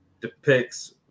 depicts